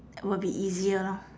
will be easier lor